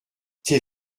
tes